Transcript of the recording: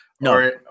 No